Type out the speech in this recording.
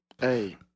Hey